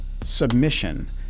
submission